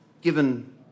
given